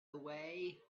away